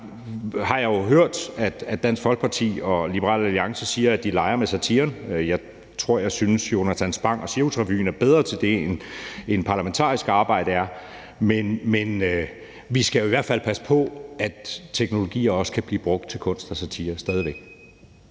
har jeg jo hørt, at Dansk Folkeparti og Liberal Alliance siger, at de leger med satiren. Jeg tror, jeg synes, at Jonatan Spang og Cirkusrevyen er bedre til det, end parlamentarisk arbejde er, men vi skal jo i hvert fald passe på, at teknologi stadig væk også kan blive brugt til kunst og satire.